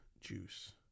juice